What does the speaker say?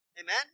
Amen